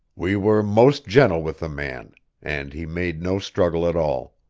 we were most gentle with the man and he made no struggle at all.